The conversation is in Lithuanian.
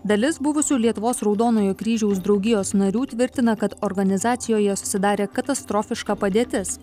dalis buvusių lietuvos raudonojo kryžiaus draugijos narių tvirtina kad organizacijoje susidarė katastrofiška padėtis